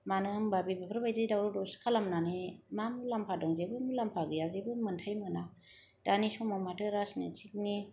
मानो होनोब्ला बेफोरबायदि दावराव दावसि खालामनानै मा मुलाम्फा दं जेबो मुलाम्फा गैया जेबो मोन्थाय मोना दानि समाव माथो राजनितिकनि